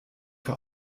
vor